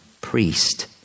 priest